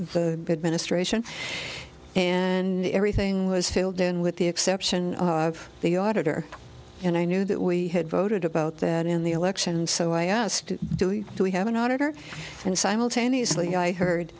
the administration and everything was filled in with the exception of the auditor and i knew that we had voted about that in the election and so i asked do you do we have an auditor and simultaneously i heard